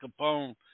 Capone